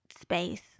space